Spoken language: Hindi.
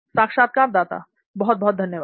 साक्षात्कारदाता बहुत बहुत धन्यवाद